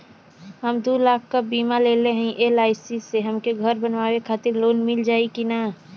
हम दूलाख क बीमा लेले हई एल.आई.सी से हमके घर बनवावे खातिर लोन मिल जाई कि ना?